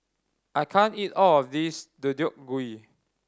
I can't eat all of this Deodeok Gui